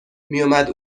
میومد